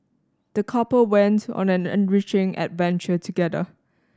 the couple went on an enriching adventure together